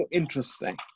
interesting